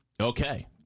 Okay